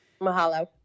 Mahalo